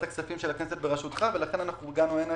הכספים של הכנסת בראשותך ולכן הגענו הנה,